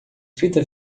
fita